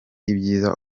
ibyiza